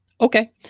Okay